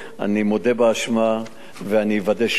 אני מודה באשמה ואני אוודא שוב.